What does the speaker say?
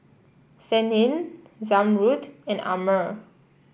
Senin Zamrud and Ammir